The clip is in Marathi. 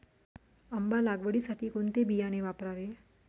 आंबा लागवडीसाठी कोणते बियाणे वापरावे?